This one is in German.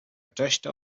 töchter